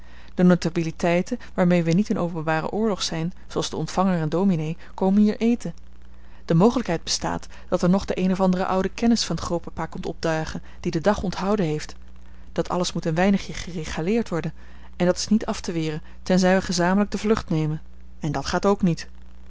de notabiliteiten waarmee we niet in openbaren oorlog zijn zooals de ontvanger en dominé komen hier eten de mogelijkheid bestaat dat er nog de een of andere oude kennis van grootpapa komt opdagen die den dag onthouden heeft dat alles moet een weinigje geregaleerd worden en dat is niet af te weren tenzij we gezamenlijk de vlucht nemen en dat gaat ook niet